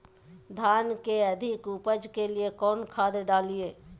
धान के अधिक उपज के लिए कौन खाद डालिय?